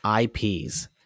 IPs